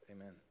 amen